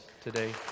today